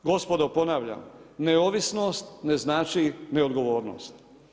Gospodo ponavljam, neovisnost ne znači neodgovornost.